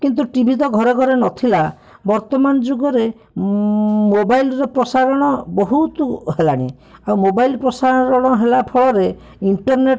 କିନ୍ତୁ ଟିଭି ତ ଘରେ ଘରେ ନଥିଲା ବର୍ତ୍ତମାନ ଯୁଗରେ ମୋବାଇଲ୍ ର ପ୍ରସାରଣ ବହୁତ ହେଲାଣି ଆଉ ମୋବାଇଲ୍ ପ୍ରସାରଣ ହେଲା ଫଳରେ ଇର୍ଣ୍ଟରନେଟ୍